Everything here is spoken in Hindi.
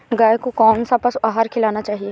गाय को कौन सा पशु आहार खिलाना चाहिए?